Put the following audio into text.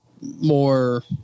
more